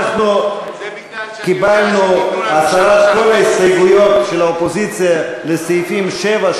11. קיבלנו הסרת כל ההסתייגויות של האופוזיציה לסעיפים 7,